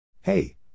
Hey